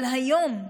אבל היום,